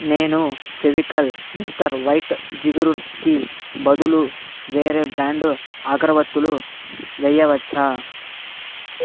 నేను Fevicol Mister White జిగురుకి బదులు వేరే బ్ర్యాండు అగరబత్తులు వెయ్యవచ్చా